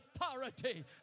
authority